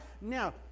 Now